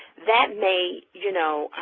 that may you know,